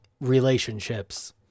relationships